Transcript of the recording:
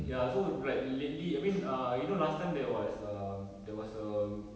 ya so like lately I mean err you know there was um there was um